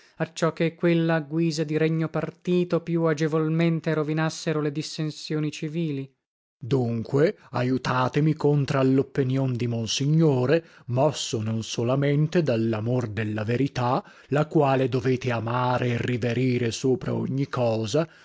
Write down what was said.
loro acciò che quella a guisa di regno partito più agevolmente rovinassero le dissensioni civili corteg dunque aiutatemi contra alloppenion di monsignore mosso non solamente dallamor della verità la quale dovete amare e riverire sopra ogni cosa